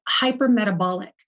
hypermetabolic